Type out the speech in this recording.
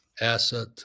asset